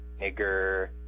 nigger